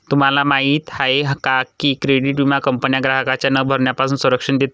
तुम्हाला माहिती आहे का की क्रेडिट विमा कंपन्यांना ग्राहकांच्या न भरण्यापासून संरक्षण देतो